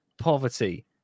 poverty